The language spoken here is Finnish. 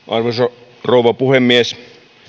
arvoisa rouva puhemies